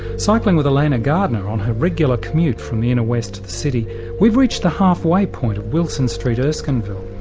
cycling with elaena gardener on her regular commute from the inner west to the city we've reached the halfway point of wilson street, erskineville,